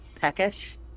peckish